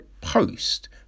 post